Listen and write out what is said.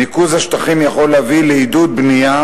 ניקוז השטחים יכול להביא לעידוד בנייה